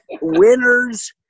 winners